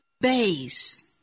base